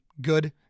good